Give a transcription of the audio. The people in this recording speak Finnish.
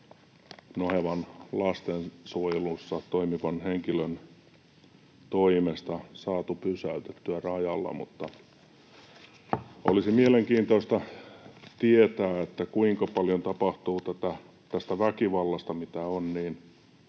nohevan lastensuojelussa toimivan henkilön toimesta saatu pysäytettyä rajalla. Olisi mielenkiintoista tietää, kuinka paljon tästä väkivallasta, mitä